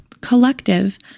collective